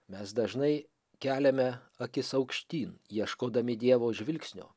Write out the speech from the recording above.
mes dažnai keliame akis aukštyn ieškodami dievo žvilgsnio